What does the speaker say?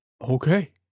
Okay